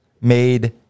made